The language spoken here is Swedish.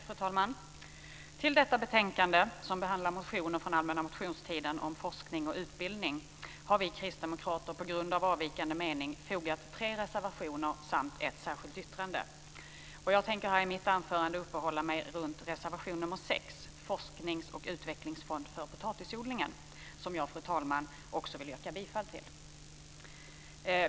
Fru talman! Till detta betänkande, som behandlar motioner från allmänna motionstiden om forskning och utbildning, har vi kristdemokrater på grund av avvikande mening fogat tre reservationer samt ett särskilt yttrande. Jag tänker i mitt anförande uppehålla mig vid reservation 6, Forsknings och utvecklingsfond för potatisodlingen, som jag, fru talman, också vill yrka bifall till.